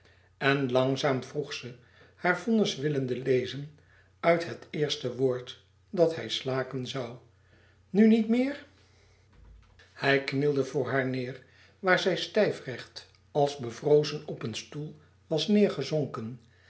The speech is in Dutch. en langzaam vroeg ze haar vonnis willende lezen uit het eerste woord dat hij slaken zoû nu niet meer hij knielde voor haar neêr waar zij stijfrecht als bevrozen op een stoel was neêrgezonken